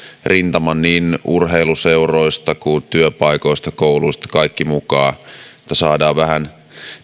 rintaman niin urheiluseuroista kuin työpaikoista kouluista kaikki mukaan että saadaan vähän